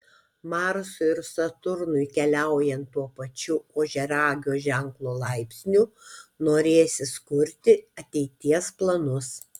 marsui ir saturnui keliaujant tuo pačiu ožiaragio ženklo laipsniu norėsis kurti ateities planus